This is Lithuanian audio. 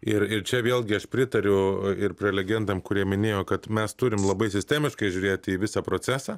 ir ir čia vėlgi aš pritariu ir prelegentam kurie minėjo kad mes turim labai sistemiškai žiūrėti į visą procesą